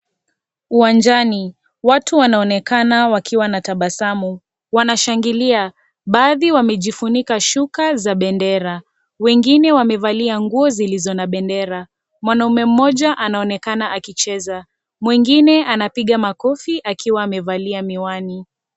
Uwanjani, watu wanaonekana wakiwa na tabasamu. Wanashangilia. Baadhi wamejifunika shuka za bendera. Wengine wamevalia nguo zilizo na bendera. Mwanaume mmoja anaonekana akicheza. Mwingine anapiga makofi akiwa amevalia miwani.